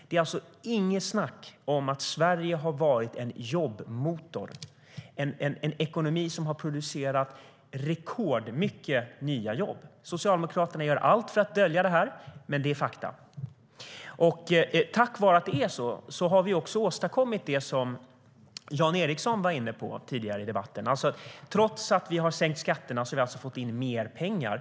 Det är alltså inget snack om att Sverige har varit en jobbmotor. Det är en ekonomi som har producerat rekordmånga nya jobb. Socialdemokraterna gör allt för att dölja det här, men det är fakta. Tack vare att det är så här har vi också åstadkommit det som Jan Ericson var inne på tidigare i debatten. Trots att vi har sänkt skatterna har vi alltså fått in mer pengar.